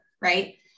Right